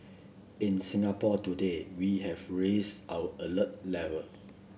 in Singapore today we have raised our alert level